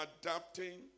adapting